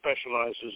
specializes